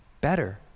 better